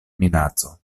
minaco